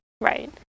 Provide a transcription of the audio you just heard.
Right